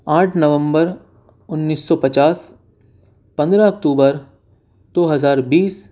آٹھ نومبر انّیس سو پچاس پندرہ اکتوبر دو ہزار بیس